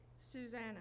Susanna